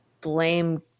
blame